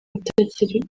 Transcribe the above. atakiri